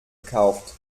kauft